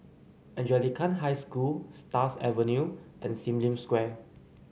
Anglican High School Stars Avenue and Sim Lim Square